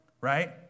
Right